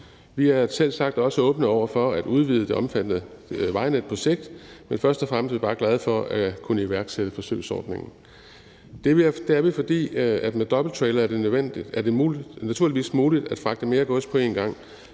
Vi er selvsagt også åbne over for at udvide det omfattende vejnet på sigt, men først og fremmest er vi bare glade for at kunne iværksætte forsøgsordningen. Det er vi, fordi det med dobbelttrailere naturligvis er muligt at fragte mere gods på en gang,